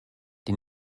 die